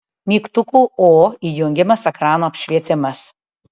mygtuku o įjungiamas ekrano apšvietimas